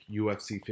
UFC